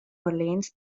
orleans